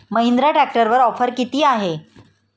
महिंद्रा ट्रॅक्टरवर ऑफर किती आहे?